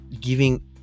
giving